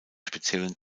speziellen